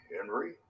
Henry